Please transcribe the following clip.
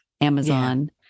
amazon